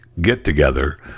get-together